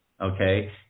Okay